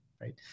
right